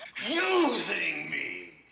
using me